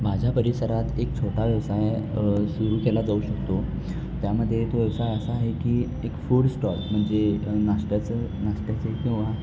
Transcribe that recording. माझ्या परिसरात एक छोटा व्यवसाय सुरू केला जाऊ शकतो त्यामध्ये तो व्यवसाय असा आहे की एक फूड स्टॉल म्हणजे नाश्त्याचं नाश्त्याचं किंवा